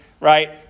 right